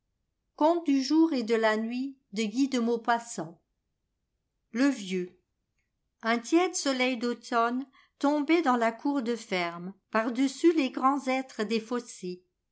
le vieux un tiède soleil d'automne tombait dans la cour de ferme par-dessus les crrands hêtres